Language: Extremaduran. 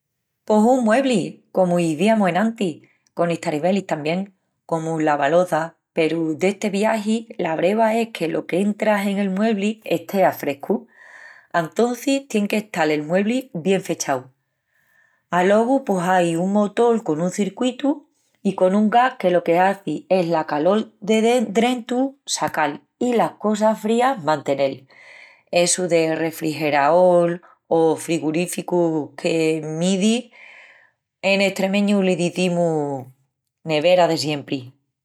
Pos un muebli, comu iziamus enantis, con estaribelis tamién, comu'l lavaloças, peru d'esti viagi la breva es que lo qu'entras en el muebli estea frescu. Antocis tien qu'estal el muebli bien fechau. Alogu pos ai un motol con un circuítu i con un gas que lo que hazi es la calol de drentu sacal i las cosas frías mantenel. Essu de refrigeraol o frigoríficu que m'izis... en estremeñu l'izimus nevera de siempri.